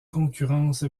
concurrence